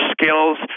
skills